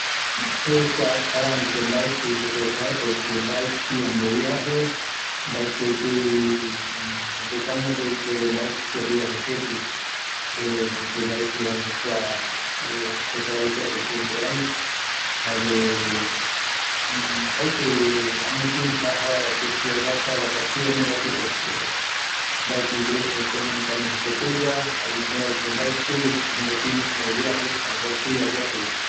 Kua mbarandupe jaeta, se mbaetɨvi ayembongueta aja vaera ketɨ aguata, esa aparavɨkɨape mbaetɨ añoï sueldo, jäerämo mbaetɨta jae mbovïyeko aja ketɨva, mbaetɨvi aipota